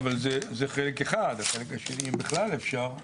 אבל זה חלק אחד, החלק השני אם בכלל אפשר לראות.